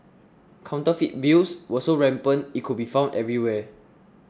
counterfeit bills were so rampant it could be found everywhere